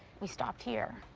we stopped here.